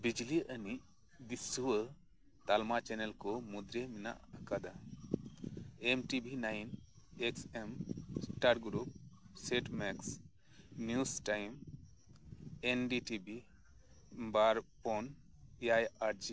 ᱵᱤᱡᱽᱞᱤ ᱟᱹᱱᱤᱡ ᱫᱤᱥᱩᱣᱟᱹ ᱛᱟᱞᱢᱟ ᱪᱮᱱᱮᱞ ᱠᱚ ᱢᱩᱫᱽᱨᱮ ᱢᱮᱱᱟᱜ ᱟᱠᱟᱫᱟ M T V nine X M Star group Set Max news time N D T V ᱵᱟᱨ ᱯᱩᱱ ᱮᱭᱟᱭ ᱟᱨ ᱡᱤ ᱜᱩᱨᱩᱯ